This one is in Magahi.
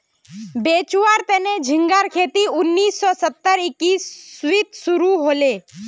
बेचुवार तने झिंगार खेती उन्नीस सौ सत्तर इसवीत शुरू हले